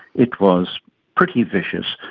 it was pretty vicious.